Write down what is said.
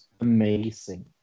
Amazing